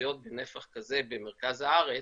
לאוכלוסיות בנפח כזה במרכז הארץ,